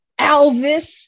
Alvis